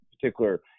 particular